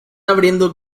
abriendo